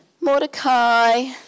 Mordecai